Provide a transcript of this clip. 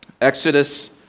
Exodus